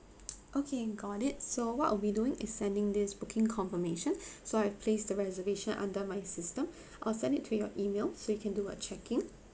okay got it so what I'll be doing is sending this booking confirmation so I place the reservation under my system I'll send it to your email so you can do a checking